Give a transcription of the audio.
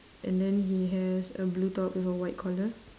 and then he has a blue top with a white collar